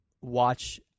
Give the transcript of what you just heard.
watch